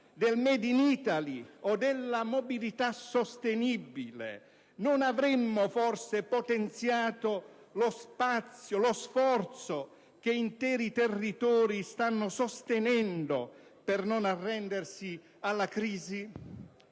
del *made in Italy* o della mobilità sostenibile, non avremmo forse potenziato lo sforzo che interi territori stanno sostenendo per non arrendersi alla crisi?